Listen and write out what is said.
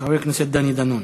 חבר הכנסת דני דנון.